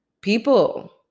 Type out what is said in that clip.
People